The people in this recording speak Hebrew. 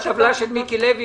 תודה.